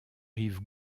rive